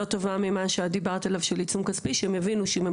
טובה ממה שאת דיברת עליו על עיצום כספי שיבינו שאם הם